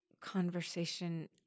conversation